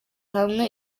hamwe